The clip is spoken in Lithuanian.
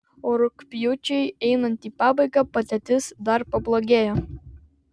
o rugpjūčiui einant į pabaigą padėtis dar pablogėjo